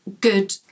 good